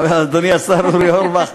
אדוני השר אורי אורבך,